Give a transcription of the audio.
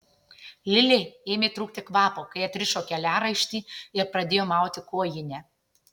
lilei ėmė trūkti kvapo kai atrišo keliaraištį ir pradėjo mauti kojinę